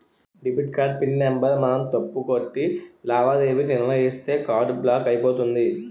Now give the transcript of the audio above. debit card pin number మనం తప్పు కొట్టి లావాదేవీ నిర్వహిస్తే కార్డు బ్లాక్ అయిపోతుంది